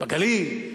בגליל,